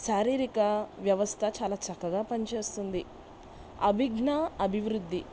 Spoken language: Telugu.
శారీరిక వ్యవస్థ చాలా చక్కగా పనిచేస్తుంది అభిజ్ఞ అభివృద్ధి